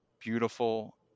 beautiful